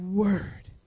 word